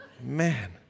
man